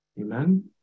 amen